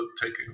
taking